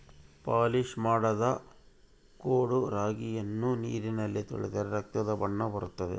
polish ಮಾಡದ ಕೊಡೊ ರಾಗಿಯನ್ನು ನೀರಿನಲ್ಲಿ ತೊಳೆದರೆ ರಕ್ತದ ಬಣ್ಣ ಬರುತ್ತದೆ